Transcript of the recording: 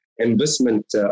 investment